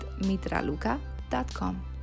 mitraluka.com